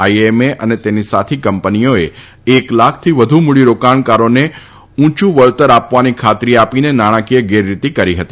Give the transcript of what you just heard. IMA અને તેની સાથી કંપનીઓએ એક લાખથી વધુ મૂડી રોકાણકારોને ઊંચુ વળતર આપવાની ખાતરી આપીને નાણાંકીય ગેરરીતિ કરી ફતી